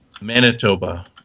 Manitoba